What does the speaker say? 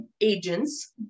agents